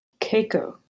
Keiko